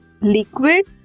liquid